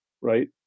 right